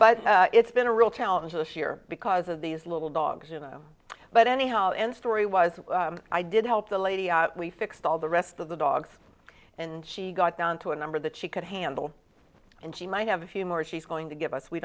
but it's been a real challenge this year because of these little dogs you know but anyhow and storywise i did help the lady we fixed all the rest of the dogs and she got down to a number that she could handle and she might have a few more she's going to give us we